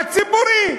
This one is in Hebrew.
הדיור הציבורי.